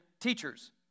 teachers